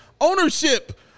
ownership